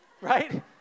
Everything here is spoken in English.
Right